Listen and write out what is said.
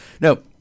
no